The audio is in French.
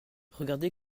regardez